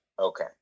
Okay